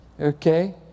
Okay